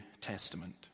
Testament